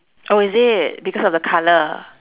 oh is it because of the colour